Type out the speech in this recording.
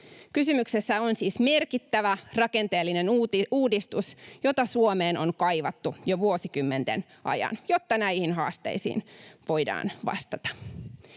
Kysymyksessä on siis merkittävä rakenteellinen uudistus, jota Suomeen on kaivattu jo vuosikymmenten ajan, jotta näihin haasteisiin voidaan vastata.